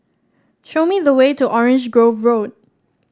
show me the way to Orange Grove Road